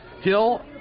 Hill